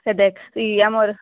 ସେ ଦେଖ ତୁଇ ଆମର